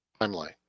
timeline